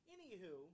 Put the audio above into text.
Anywho